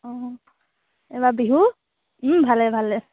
অঁ এইবাৰ বিহু ভালে ভালে